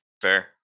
Fair